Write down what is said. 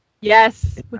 Yes